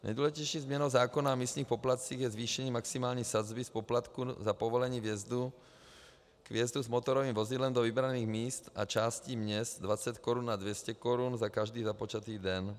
Nejdůležitější změnou zákona o místních poplatcích je zvýšení maximální sazby z poplatků za povolení vjezdu s motorovým vozidlem do vybraných míst a částí měst 20 korun a 200 korun za každý započatý den.